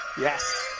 Yes